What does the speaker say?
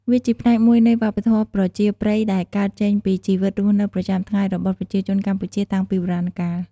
វាជាផ្នែកមួយនៃវប្បធម៌ប្រជាប្រិយដែលកើតចេញពីជីវិតរស់នៅប្រចាំថ្ងៃរបស់ប្រជាជនកម្ពុជា តាំងពីបុរាណកាល។